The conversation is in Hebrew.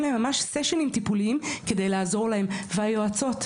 להם ממש סשנים טיפוליים כדי לעזור להם והיועצות,